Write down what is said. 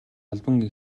албаны